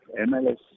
MLS